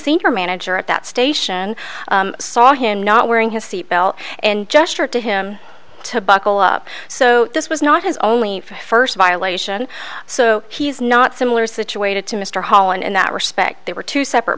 senior manager at that station saw him not wearing his seat belt and gestured to him to buckle up so this was not his only first violation so he's not similar situated to mr hall and in that respect there were two separate